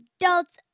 adults